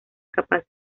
capaz